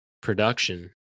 production